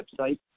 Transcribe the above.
website